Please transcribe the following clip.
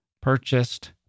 purchased